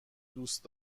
دوست